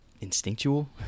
instinctual